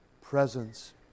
presence